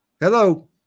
Hello